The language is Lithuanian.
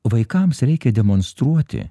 vaikams reikia demonstruoti